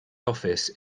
office